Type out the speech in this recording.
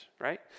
right